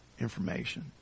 information